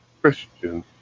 Christian